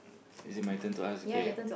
is it my turn to ask okay